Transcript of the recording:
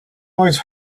always